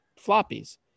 floppies